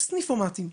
יש סניפומטים,